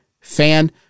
fan